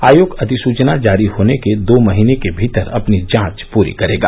आयोग अधिसूचना जारी होने के दो महीने के भीतर अपनी जांच पूरी जांच करेगा